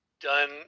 done